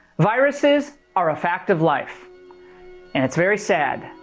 viruses are a fact of life. and it's very sad.